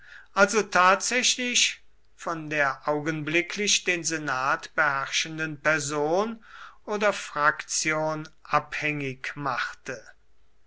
also tatsächlich von der augenblicklich den senat beherrschenden person oder fraktion abhängig machte